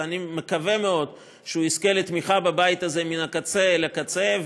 ואני מקווה מאוד שהוא יזכה לתמיכה בבית הזה מן הקצה אל הקצה,